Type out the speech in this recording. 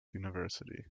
university